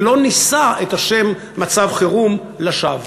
ולא נישא את השם "מצב חירום" לשווא.